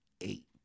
Eight